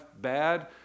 bad